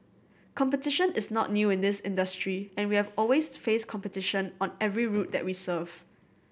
competition is not new in this industry and we always faced competition on every route that we serve